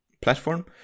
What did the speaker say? platform